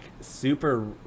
super